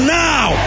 now